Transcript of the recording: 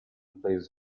plays